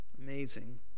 Amazing